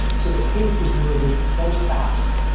so the pace is moving so fast.